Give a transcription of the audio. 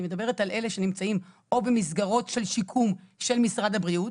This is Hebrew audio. אני מדברת על אלה שנמצאים או במסגרות של שיקום של משרד הבריאות,